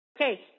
Okay